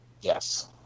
Yes